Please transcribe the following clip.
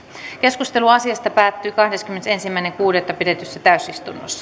keskustelu asiasta päättyi kahdeskymmenesensimmäinen kuudetta kaksituhattakuusitoista pidetyssä täysistunnossa